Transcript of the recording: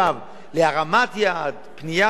פנייה לאביגדור ליברמן ולראש הממשלה,